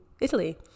Italy